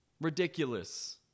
Ridiculous